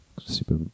super